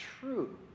true